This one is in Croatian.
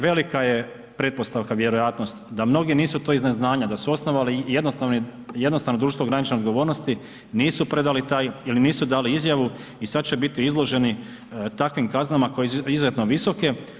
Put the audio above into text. Velika je pretpostavka, vjerojatnost, da mnogi nisu to iz neznanja, da su osnovali jednostavno društvo ograničene odgovornosti, nisu predali taj ili nisu dali izjavu i sada će biti izloženi takvim kaznama koje su izuzetno visoke.